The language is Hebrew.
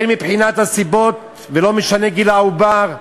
הן מבחינת הסיבות, ולא משנה גיל העובר.